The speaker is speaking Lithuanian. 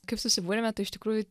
kaip susibūrėme tai iš tikrųjų